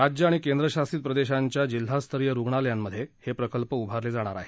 राज्य आणि केंद्रशासित प्रदेशांच्या जिल्हास्तरीय रुग्णालयांमध्ये हे प्रकल्प उभारले जाणार आहेत